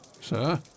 Sir